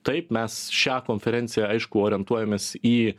taip mes šią konferenciją aišku orientuojamės į